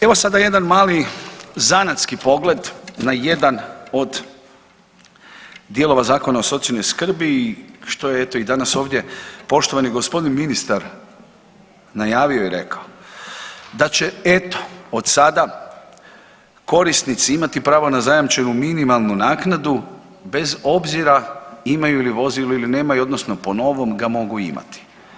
Evo sada jedan mali zanatski pogled na jedan od dijelova Zakona o socijalnoj skrbi što je eto i danas ovdje poštovani gospodin ministar najavio i rekao, da će eto od sada korisnici imati pravo na zajamčenu minimalnu naknadu bez obzira imaju li vozilo ili nemaju, odnosno po novom ga mogu imati.